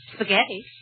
Spaghetti